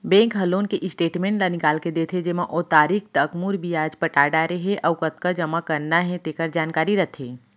bank ह loan के statement ल निकाल के देथे जेमा ओ तारीख तक मूर, बियाज पटा डारे हे अउ कतका जमा करना हे तेकर जानकारी रथे